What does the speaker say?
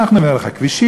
אנחנו ניתן לך כבישים,